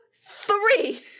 three